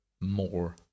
more